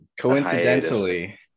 coincidentally